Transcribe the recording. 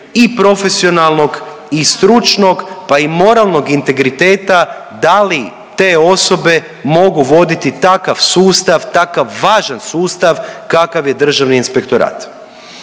i profesionalnog i stručnog pa i moralnog integriteta da li te osobe mogu voditi takav sustav, takav važan sustav kakav je Državni inspektorat.